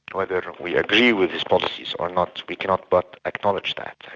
whether we agree with his policies or not, we cannot but acknowledge that.